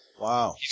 Wow